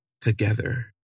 together